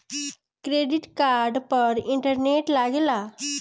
Credit card पर interest लागेला?